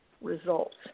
results